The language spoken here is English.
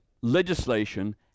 Legislation